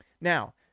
Now